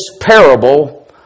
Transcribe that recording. parable